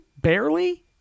Barely